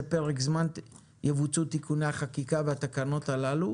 פרק זמן יבוצעו תיקוני החקיקה בתקנות הללו